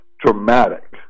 dramatic